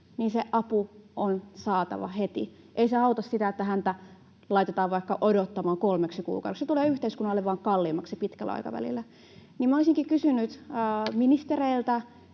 niin se apu on saatava heti. Ei se auta, että hänet laitetaan vaikka odottamaan kolmeksi kuukaudeksi. Se tulee yhteiskunnalle vain kalliimmaksi pitkällä aikavälillä. Minä olisinkin pyytänyt ministereiltä: